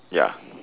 ya